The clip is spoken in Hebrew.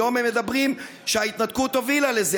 היום הם מדברים על כך שההתנתקות הובילה לזה,